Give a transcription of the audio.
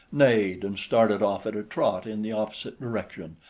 neighed and started off at a trot in the opposite direction,